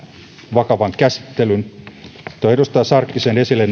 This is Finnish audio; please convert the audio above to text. vakavan käsittelyn mitä tulee tuohon edustaja sarkkisen esille